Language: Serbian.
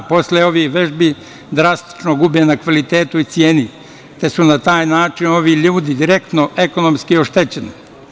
Posle ovih vežbi drastično gube na kvalitetu i ceni, te su na taj način ovi ljudi direktno ekonomski oštećeni.